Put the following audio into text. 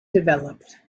developed